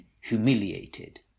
humiliated